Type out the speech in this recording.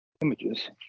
images